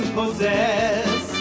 possess